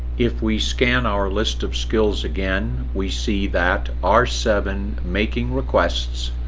if we scan our list of skills again, we see that r seven, making requests,